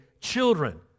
children